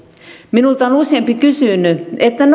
minulta on useampi kysynyt